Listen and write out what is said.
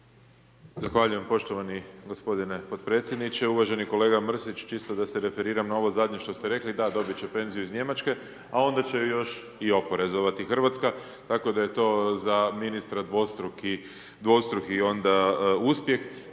Zahvaljujem poštovani gospodine potpredsjedniče. Uvaženi kolega Mrsić, čisto da se referiram na ovo zadnje što ste rekli, da, dobit će penziju iz Njemačke a onda će ju još i oporezovati Hrvatska, tako da je to za ministra dvostruki onda uspjeh,